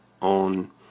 on